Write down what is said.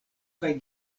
kaj